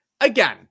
again